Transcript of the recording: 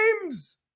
games